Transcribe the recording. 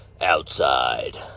outside